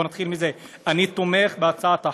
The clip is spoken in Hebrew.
בוא נתחיל מזה שאני תומך בהצעת החוק,